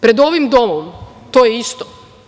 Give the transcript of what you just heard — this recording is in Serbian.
Pred ovim domom to je isto.